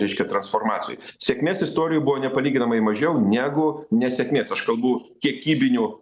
reiškia transformacijoj sėkmės istorijų buvo nepalyginamai mažiau negu nesėkmės aš kalbu kiekybinių